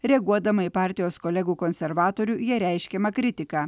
reaguodama į partijos kolegų konservatorių jai reiškiamą kritiką